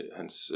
hans